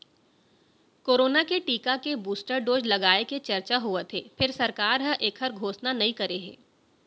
corona के टीका के बूस्टर डोज लगाए के चरचा होवत हे फेर सरकार ह एखर घोसना नइ करे हे